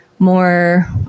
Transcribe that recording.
more